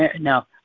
now